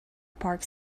park